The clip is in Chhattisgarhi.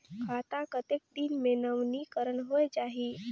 खाता कतेक दिन मे नवीनीकरण होए जाहि??